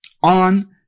on